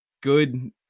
good